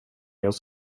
hos